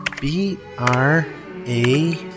B-R-A